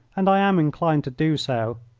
and i am inclined to do so.